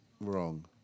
wrong